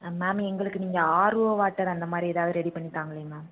ma'am எங்களுக்கு நீங்கள் RO water அந்த மாதிரி எதாவது ரெடி பண்ணி தாங்களேன் மேம்